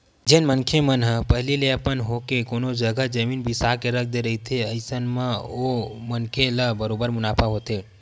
जेन मनखे मन ह पहिली ले अपन होके कोनो जघा जमीन बिसा के रख दे रहिथे अइसन म ओ मनखे ल बरोबर मुनाफा होथे